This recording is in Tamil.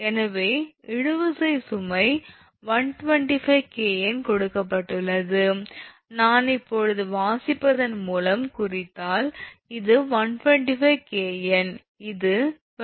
எனவே இழுவிசை சுமை 125 𝑘𝑁 கொடுக்கப்பட்டுள்ளது நான் இப்போது வாசிப்பதன் மூலம் குறித்தால் இது 125 𝑘𝑁 இது 22 𝑐𝑚 0